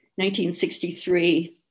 1963